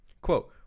Quote